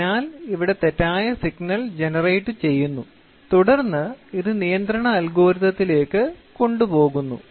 അതിനാൽ ഇവിടെ പിശക് സിഗ്നൽ ജനറേറ്റുചെയ്യുന്നു തുടർന്ന് ഇത് നിയന്ത്രണ അൽഗോരിതത്തിലേക്ക് കൊണ്ടുപോകുന്നു